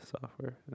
software